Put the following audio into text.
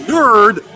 Nerd